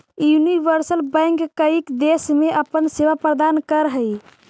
universal bank कईक देश में अपन सेवा प्रदान करऽ हइ